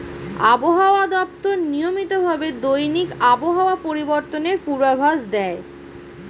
আবহাওয়া দপ্তর নিয়মিত ভাবে দৈনিক আবহাওয়া পরিবর্তনের পূর্বাভাস দেয়